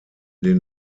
den